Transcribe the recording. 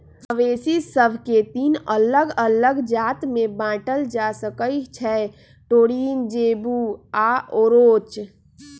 मवेशि सभके तीन अल्लग अल्लग जात में बांटल जा सकइ छै टोरिन, जेबू आऽ ओरोच